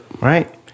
Right